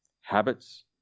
habits